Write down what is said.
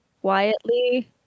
quietly